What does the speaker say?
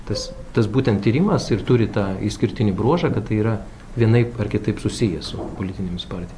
tas tas būtent tyrimas ir turi tą išskirtinį bruožą kad tai yra vienaip ar kitaip susiję su politinėmis partijomis